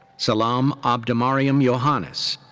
selam amdemariam yohannes.